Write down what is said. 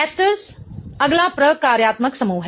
ester अगला प्रकार्यात्मक समूह है